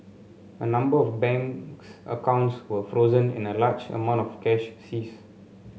a number of banks accounts were frozen and a large amount of cash seized